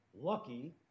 Lucky